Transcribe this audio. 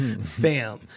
Fam